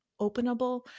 openable